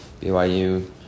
BYU